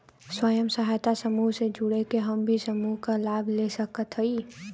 स्वयं सहायता समूह से जुड़ के हम भी समूह क लाभ ले सकत हई?